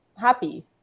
happy